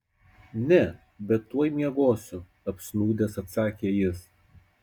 ne bet tuoj miegosiu apsnūdęs atsakė jis